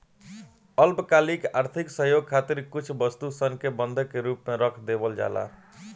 अल्पकालिक आर्थिक सहयोग खातिर कुछ वस्तु सन के बंधक के रूप में रख देवल जाला